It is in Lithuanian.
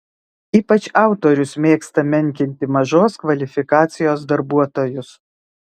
ypač autorius mėgsta menkinti mažos kvalifikacijos darbuotojus